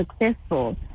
successful